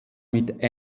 mit